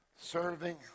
serving